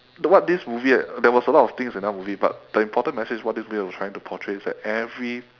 the what this movie had there was a lot of things in that movie but the important message what this movie was trying to portray is that every